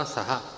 Saha